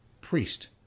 priest